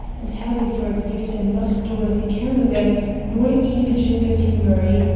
and having for its victim not dorothy camerden nor even gilbertine murray,